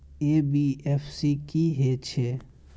NBFC की हे छे?